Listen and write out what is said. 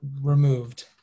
removed